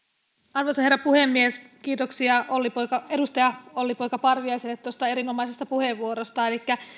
arvoisa herra puhemies kiitoksia edustaja olli poika parviaiselle tuosta erinomaisesta puheenvuorosta